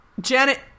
Janet